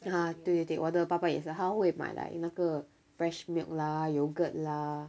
ah 对对对我的爸爸也是他会买 like 那个 fresh milk lah yogurt lah